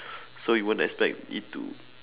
so you won't expect it to